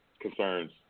concerns